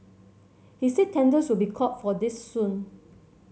he said tenders will be called for this soon